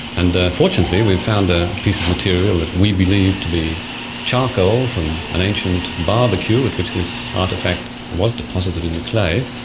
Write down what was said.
and fortunately we found a piece of material that we believe to be charcoal from an ancient barbecue at which this artefact was deposited in the clay,